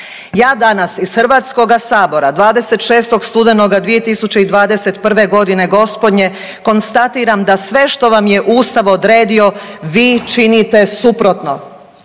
Ja danas iz HS 26. studenoga 2021.g. gospodnje konstatiram da sve što vam je ustav odredio vi činite suprotno.